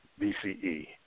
BCE